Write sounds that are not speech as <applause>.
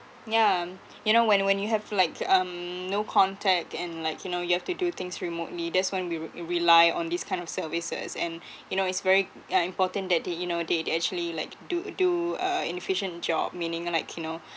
yeah you know when when you have like um no contact and like you know you have to do things remotely that's when we rely on this kind of services and <breath> you know it's very uh important that they you know they they actually like do do a an efficient job meaning like you know